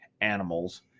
animals